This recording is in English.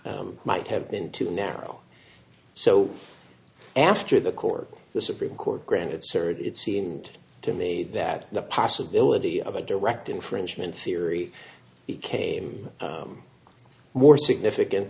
option might have been too narrow so after the court the supreme court granted certain it seemed to me that the possibility of a direct infringement theory became more significant